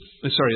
sorry